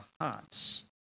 hearts